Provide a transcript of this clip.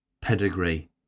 pedigree